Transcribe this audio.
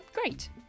Great